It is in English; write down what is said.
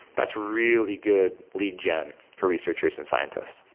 that's really good lead gen for researchers and scientists.